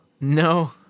No